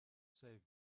save